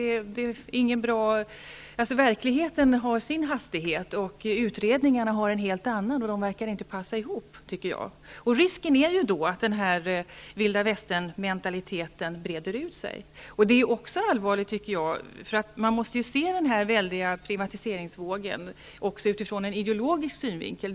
Verkligheten har sin hastighet och utredningarna har en helt annan, och de verkar inte passa ihop, tycker jag. Risken är då att den här Vilda västern-mentaliteten breder ut sig. Det är också allvarligt. Man måste ju se den här väldiga privatiseringsvågen också ur en ideologisk synvinkel.